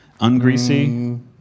Ungreasy